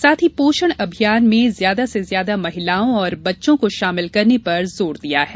साथ ही पोषण अभियान में ज्यादा से ज्यादा महिलाओं और बच्चों को शामिल करने पर जोर दिया है